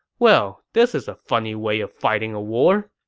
well this is a funny way of fighting a war.